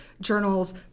Journals